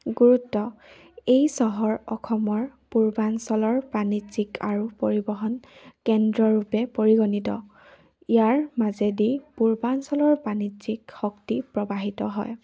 গুৰুত্ব এই চহৰ অসমৰ পূৰ্বাঞ্চলৰ বাণিজ্যিক আৰু পৰিবহণ কেন্দ্ৰৰূপে পৰিগণিত ইয়াৰ মাজেদি পূৰ্বাঞ্চলৰ বাাণিজ্যিক শক্তি প্ৰবাহিত হয়